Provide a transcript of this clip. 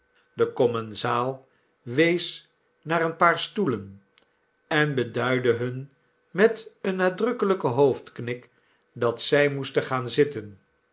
de commensaal wees naar een paar stoelen en beduidde hun met een nadrukkelijken hoofdknik dat zij moesten gaan zitten